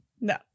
No